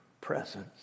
Presence